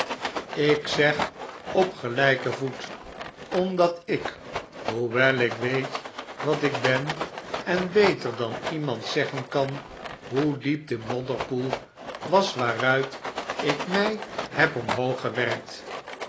ik zeg op gelijken voet omdat ik hoewel ik weet wat ik ben en beter dan iemand zeggen kan hoe diep de modderpoel was waaruit ik mij heb omhoog gewerkt